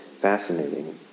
fascinating